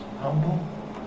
humble